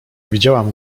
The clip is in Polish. widziałam